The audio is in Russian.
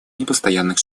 непостоянных